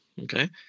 okay